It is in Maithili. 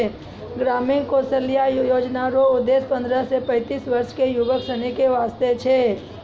ग्रामीण कौशल्या योजना रो उद्देश्य पन्द्रह से पैंतीस वर्ष के युवक सनी के वास्ते छै